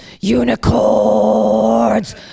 unicorns